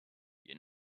you